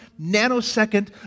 nanosecond